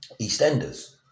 EastEnders